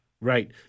Right